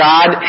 God